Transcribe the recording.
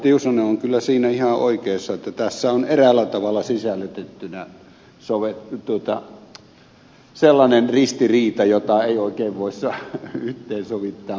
tiusanen on kyllä siinä ihan oikeassa että tässä on eräällä tavalla sisällytettynä sellainen ristiriita jota ei oikein voi yhteensovittaa millään